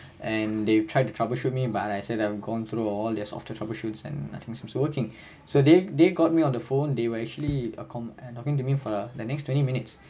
and they've tried to troubleshoot me but I said I've gone through all their sort of troubleshoot and nothing seem so working so they they got me on the phone they were actually accom~ and talking to me for the next twenty minutes